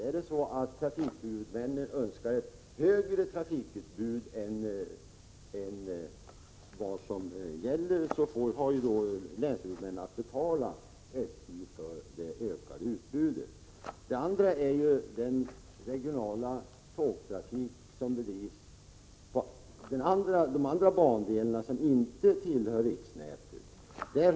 Önskar trafikhuvudmännen ett högre trafikutbud än vad som gäller har de att betala SJ för det ökade utbudet. Den andra typen är den regionala tågtrafik som bedrivs på de bandelar som inte tillhör riksnätet.